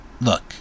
look